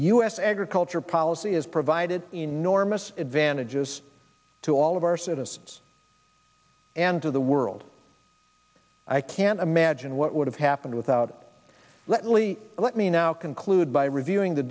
s agriculture policy has provided enormous advantages to all of our citizens and to the world i can't imagine what would have happened without lee let me now conclude by reviewing the